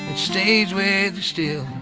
and stage with steel